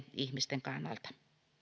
ihmisten kannalta